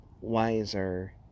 wiser